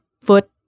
foot